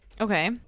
Okay